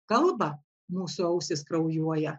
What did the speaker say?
kalba mūsų ausys kraujuoja